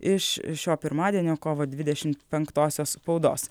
iš šio pirmadienio kovo dvidešimt penktosios spaudos